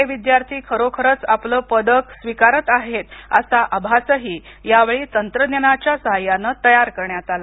हे विद्यार्थी खरोखरचं आपलं पदक स्विकारत आहेत असा आभासही यावेळी तंत्रज्ञानाच्या सहाय्यानं तयार करण्यात आला